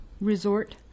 resort